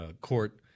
court